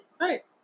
Right